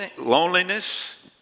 Loneliness